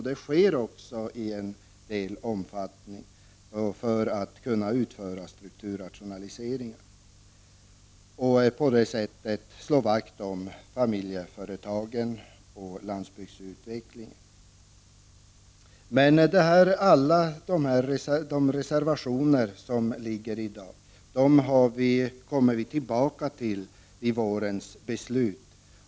Det sker i viss omfattning för att man skall kunna utföra strukturrationaliseringar och på det sättet slå vakt om familjeföretagen och landsbygdsutvecklingen. Alla de frågor som berörs i dessa reservationer kommer vi tillbaka till i vårens beslut.